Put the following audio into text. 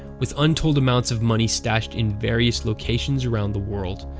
with untold amounts of money stashed in various locations around the world.